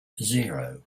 zero